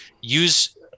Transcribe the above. use